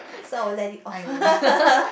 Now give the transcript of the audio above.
so I will let it off